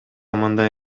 мындай